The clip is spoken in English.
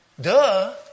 Duh